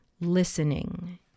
Listening